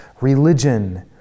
religion